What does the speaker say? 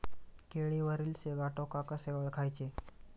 केळीवरील सिगाटोका कसे ओळखायचे?